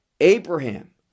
Abraham